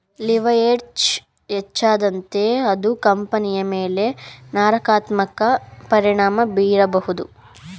leverage ಹೆಚ್ಚಾದಂತೆ ಅದು ಕಂಪನಿಯ ಮೇಲೆ ನಕಾರಾತ್ಮಕ ಪರಿಣಾಮ ಬೀರಬಹುದು